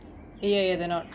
ya ya they're not